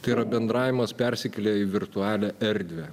tai yra bendravimas persikelia į virtualią erdvę